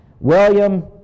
William